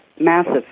massive